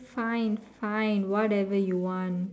fine fine whatever you want